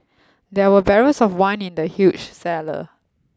there were barrels of wine in the huge cellar